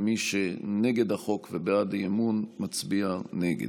מי שנגד החוק ובעד האי-אמון מצביע נגד.